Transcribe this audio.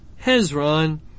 Hezron